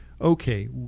okay